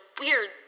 weird